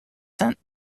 sent